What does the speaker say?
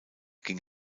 ging